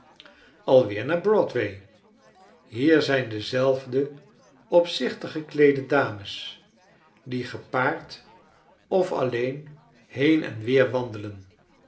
alweer naar broadway hier zijn dezelfde opzichtig gekleede dames die gepaard of alleen heen en weer wandelen